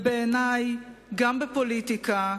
ובעיני, גם בפוליטיקה,